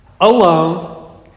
alone